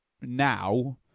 now